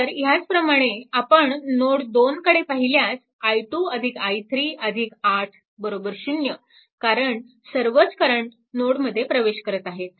तर ह्याचप्रमाणे आपण नोड 2 कडे पाहिल्यास i 2 i3 8 0 कारण सर्वच करंट नोडमध्ये प्रवेश करत आहेत